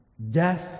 Death